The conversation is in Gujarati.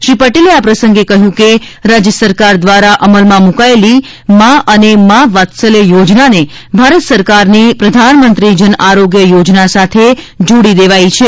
શ્રી પટેલે આ પ્રસંગે કહ્યું હતું કે રાજ્ય સરકાર દ્વારા અમલમાં મુકાયેલી મા અને મા વાત્સલ્ય યોજનાને ભારત સરકારની પ્રધાનમંત્રી જન આરોગ્ય યોજના સાથે જોડી દેવાઈ છે